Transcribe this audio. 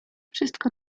wszystko